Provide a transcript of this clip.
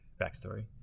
backstory